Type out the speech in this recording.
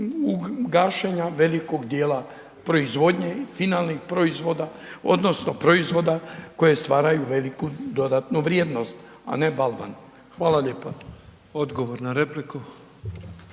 gašenja velikog djela proizvodnje, finalnih proizvoda odnosno proizvoda koje stvaraju veliku dodatnu vrijednost a ne balvan? Hvala lijepa. **Petrov, Božo